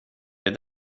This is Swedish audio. det